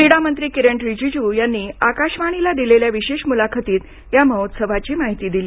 क्रीडा मंत्री किरण रिजिजु यांनी आकाशवाणीला दिलेल्या विशेष मुलाखतीत या महोत्सवाची माहिती दिली